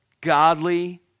godly